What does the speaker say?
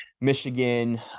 Michigan